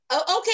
okay